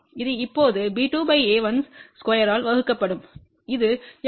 இது இப்போது b2 a1 ஸ்கொயர்த்தால் வகுக்கப்படும் இது S21